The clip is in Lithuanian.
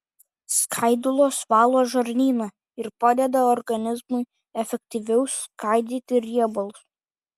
skaidulos valo žarnyną ir padeda organizmui efektyviau skaidyti riebalus